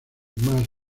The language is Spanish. más